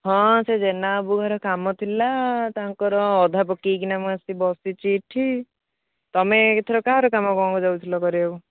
ହଁ ସେ ଜେନା ବାବୁ ଘର କାମ ଥିଲା ତାଙ୍କର ଅଧା ପକେଇକିନା ମୁଁ ଆସି ବସିଛି ଏଠି ତୁମେ ଏଥର କାହାର କାମ କ'ଣ ଯାଉଥିଲ କରିବାକୁ